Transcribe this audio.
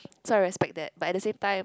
so I respect that but at the same time